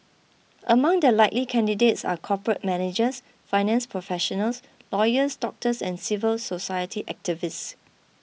among the likely candidates are corporate managers finance professionals lawyers doctors and civil society activists